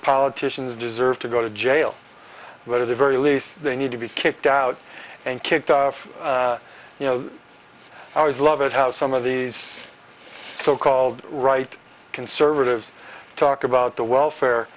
politicians deserve to go to jail but at the very least they need to be kicked out and kicked off you know i always love it how some of these so called right conservatives talk about the welfare